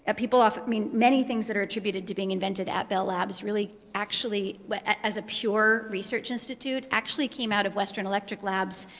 ah people often i mean many things that are attributed to being invented at bell labs really, actually as a pure research institute actually came out of western electric labs,